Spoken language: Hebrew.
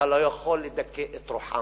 אתה לא יכול לדכא את רוחם.